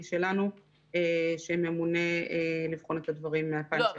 שלנו שממונה לבחון את הדברים מן הפן שלנו.